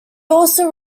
also